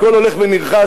הכול הולך ונרכש,